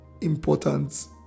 important